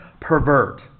Pervert